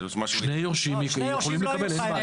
שני יורשים יכולים לקבל, אין בעיה.